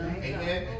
Amen